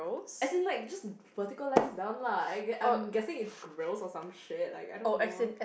as in like just vertical lines down lah I ge~ I'm guessing it's grills or some shit like I don't know